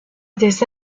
des